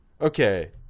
okay